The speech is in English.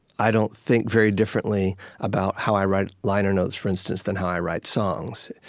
i don't think very differently about how i write liner notes, for instance, than how i write songs.